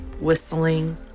whistling